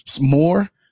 more